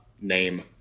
name